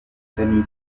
famille